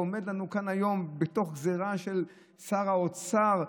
בגזרה של שר האוצר,